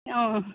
अँ